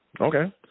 Okay